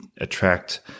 attract